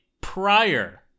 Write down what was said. prior